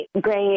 great